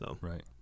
Right